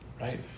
Right